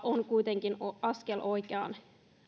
on kuitenkin askel oikeaan